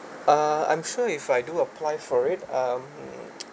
uh I'm sure if I do apply for it um